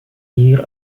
hier